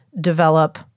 develop